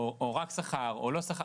או רק שכר או לא שכר,